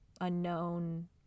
unknown